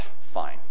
fine